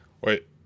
wait